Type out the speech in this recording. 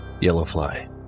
Yellowfly